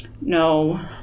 no